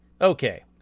Okay